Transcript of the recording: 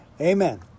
Amen